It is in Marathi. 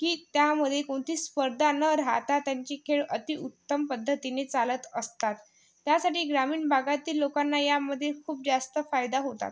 की त्यामध्ये कोणती स्पर्धा न राहता त्यांचे खेळ अतिउत्तम पद्धतीने चालत असतात त्यासाठी ग्रामीण भागातील लोकांना यामध्ये खूप जास्त फायदा होतात